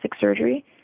surgery